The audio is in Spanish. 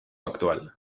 actual